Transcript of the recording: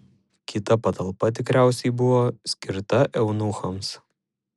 kita patalpa tikriausiai buvo skirta eunuchams